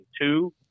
two